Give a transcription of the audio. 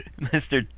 Mr